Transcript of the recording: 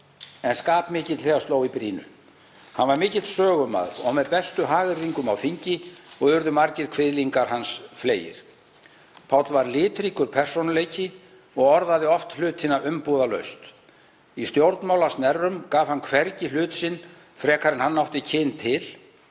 en skapmikill þegar sló í brýnu. Hann var mikill sögumaður og með bestu hagyrðingum á þingi og urðu margir kviðlingar hans fleygir. Páll var litríkur persónuleiki og orðaði oft hlutina umbúðalaust. Í stjórnmálasnerrum gaf hann hvergi hlut sinn frekar en hann átti kyn til,